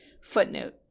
Footnote